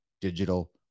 digital